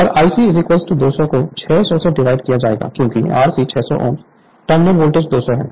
Refer Slide Time 2916 और Ic 200 को 600 से डिवाइड किया जाएगा क्योंकि Rc 600 ओम टर्मिनल वोल्टेज 200 है